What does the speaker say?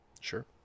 Sure